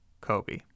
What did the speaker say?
Kobe